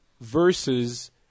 versus